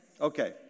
Okay